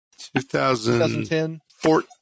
2010